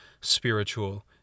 spiritual